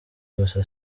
gusa